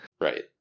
right